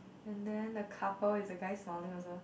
and then the couple is the guy smiling also